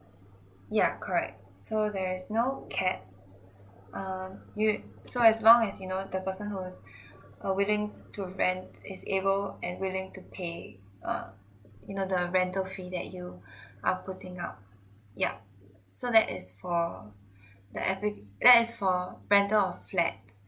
yeah correct so there is no cat err you so as long as you know the person who is uh willing to rent is able and willing to pay uh you know the rental three that you are putting up yeah so that is for the appli~ that is for rental of flat